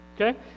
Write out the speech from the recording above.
okay